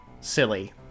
silly